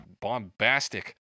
bombastic